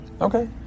Okay